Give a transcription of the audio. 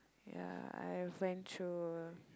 ya I went through